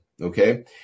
Okay